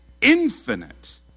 infinite